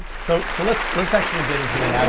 so so let's let's actually get into the ah